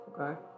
Okay